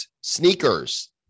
sneakers